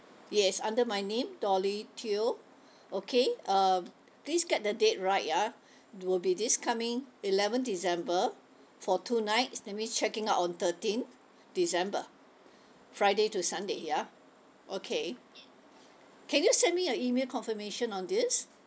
yes under my name dolly teo okay uh please get the date right ya it will be this coming eleven december for two nights that means checking out on thirteen december friday to sunday ya okay can you send me a email confirmation on this